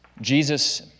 Jesus